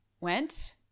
went